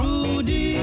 Rudy